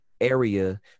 area